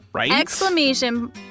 exclamation